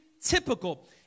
typical